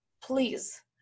please